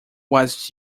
was